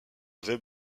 avait